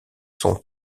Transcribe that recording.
sont